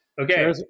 Okay